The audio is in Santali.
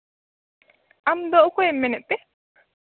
ᱟᱢᱫᱚ ᱚᱠᱚᱭᱮᱢ ᱢᱮᱱᱮᱫ ᱛᱮ